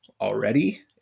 already